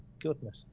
goodness